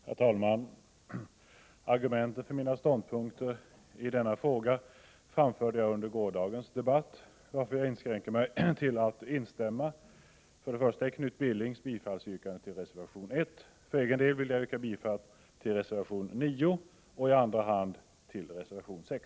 Herr talman! Argumenten för mina ståndpunkter i denna fråga framförde jag under gårdagens debatt, varför jag inskränker mig till att instämma i Knut Billings bifallsyrkande till reservation 1. För egen del vill jag också yrka bifall till reservation 9 och i andra hand till reservation 6.